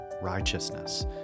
righteousness